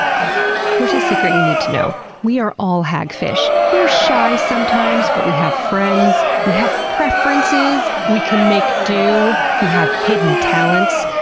oh yeah. here's a secret you need to we are all hagfish. we're shy sometimes but we have friends, we have preferences, we can make do, we have hidden talents,